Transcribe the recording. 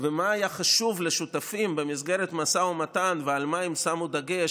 ומה היה חשוב לשותפים במסגרת המשא ומתן ועל מה הם שמו דגש